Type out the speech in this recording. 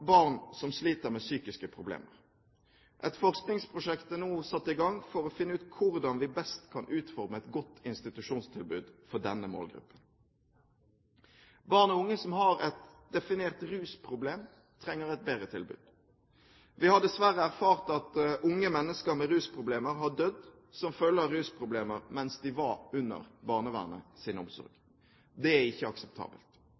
barn som sliter med psykiske problemer. Et forskningsprosjekt er nå satt i gang for å finne ut hvordan vi best kan utforme et godt institusjonstilbud for denne målgruppen. Barn og unge som har et definert rusproblem, trenger et bedre tilbud. Vi har dessverre erfart at unge mennesker med rusproblemer har dødd som følge av rusproblemer mens de var under